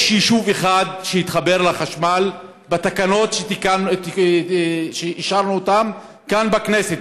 יש יישוב אחד שהתחבר לחשמל בתקנות שאישרנו אותן כאן בכנסת,